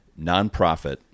nonprofit